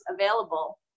available